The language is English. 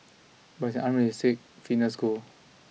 but it's an unrealistic fitness goal